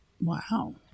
wow